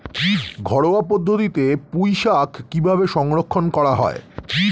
ঘরোয়া পদ্ধতিতে পুই শাক কিভাবে সংরক্ষণ করা হয়?